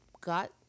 got